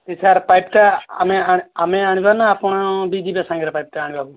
ଏ sir ପାଇପ୍ଟା ଆମେ ଆମେ ଆମେ ଆଣିବାନା ଆପଣ ବି ଯିବେ ସାଙ୍ଗରେ ପାଇପ୍ଟା ଆଣିବାକୁ